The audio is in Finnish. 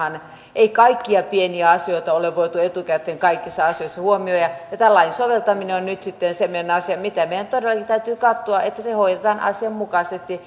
ei kaikkia pieniä asioita ole voitu etukäteen kaikissa asioissa huomioida ja ja tämän lain soveltaminen on nyt sitten semmoinen asia mitä meidän todellakin täytyy katsoa että se hoidetaan asianmukaisesti